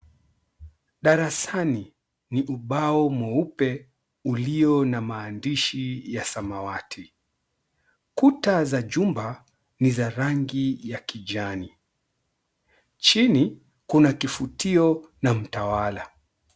Darasani ni ubao mweupe uliona maandishi ya samawati. Kuta za jumba ni za rangi ya kijani. Chini kuna kifutio na mtawala.